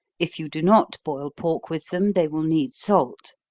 if you do not boil pork with them they will need salt.